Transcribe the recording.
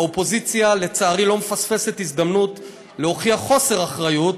האופוזיציה לצערי לא מפספסת הזדמנות להוכיח חוסר אחריות,